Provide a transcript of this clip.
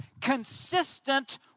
consistent